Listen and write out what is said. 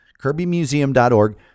Kirbymuseum.org